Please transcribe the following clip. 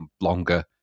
longer